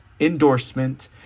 endorsement